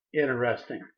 Interesting